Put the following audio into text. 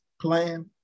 plan